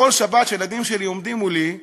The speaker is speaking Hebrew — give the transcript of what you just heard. בכל שבת, כשהילדים שלי עומדים מולי,